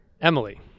Emily